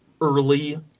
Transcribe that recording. early